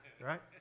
Right